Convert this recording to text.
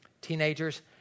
teenagers